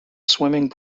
swimming